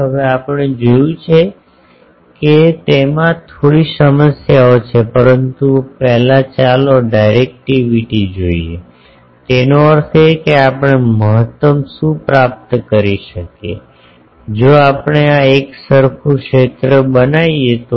હવે આપણે જોયું છે કે તેમાં થોડી સમસ્યાઓ છે પરંતુ પહેલા ચાલો ડિરેકટીવીટી જોઈએ તેનો અર્થ એ કે આપણે મહત્તમ શું પ્રાપ્ત કરી શકીએ જો આપણે આ એકસરખુ ક્ષેત્ર બનાવીએ તો